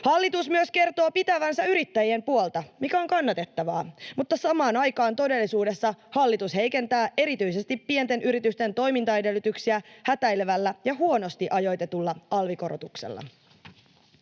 Hallitus myös kertoo pitävänsä yrittäjien puolta, mikä on kannatettavaa, mutta samaan aikaan todellisuudessa hallitus heikentää erityisesti pienten yritysten toimintaedellytyksiä hätäilevällä ja huonosti ajoitetulla alvikorotuksella.